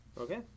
Okay